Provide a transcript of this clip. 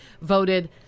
voted